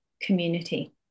community